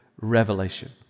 revelation